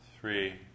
three